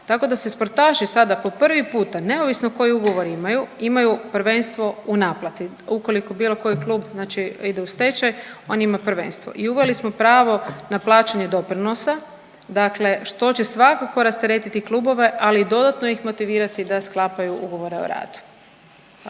tako da se sportaši sada po prvi puta neovisno koji ugovor imaju imaju prvenstvo u naplati, ukoliko bilo koji klub znači ide u stečaj on ima prvenstvo i uveli smo pravo na plaćanje doprinosa, dakle što će svakako rasteretiti klubove, ali i dodatno ih motivirati da sklapaju ugovore o radu.